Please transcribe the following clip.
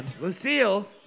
Lucille